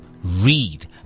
Read